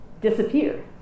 disappear